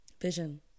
Vision